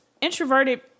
introverted